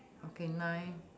okay nine